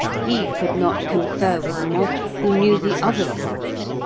he could not confer with another who knew the other part,